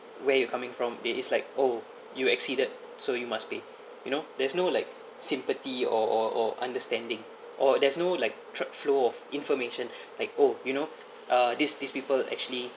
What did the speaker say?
where you coming from it is like oh you exceeded so you must pay you know there's no like sympathy or or or understanding or there's no like track flow of information like oh you know uh these these people actually